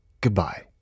goodbye